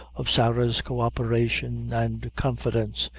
of sarah's co-operation and confidence,